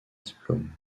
diplôme